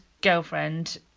girlfriend